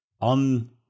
on